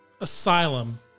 asylum